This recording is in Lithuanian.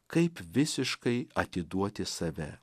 kaip visiškai atiduoti save